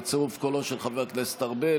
בצירוף קולו של חבר הכנסת ארבל,